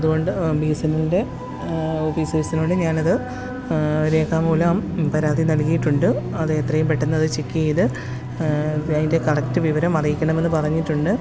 അതുകൊണ്ട് B S N എല്ലിന്റെ ഓഫീസേഴ്സിനോട് ഞാനത് രേഖാമൂലം പരാതി നല്കിയിട്ടുണ്ട് അത് എത്രയും പെട്ടെന്നത് ചെക്ക് ചെയ്ത് അതിന്റെ കറക്റ്റ് വിവരം അറിയിക്കണമെന്ന് പറഞ്ഞിട്ടുണ്ട്